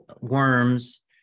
worms